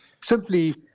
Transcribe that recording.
simply